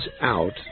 out